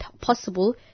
possible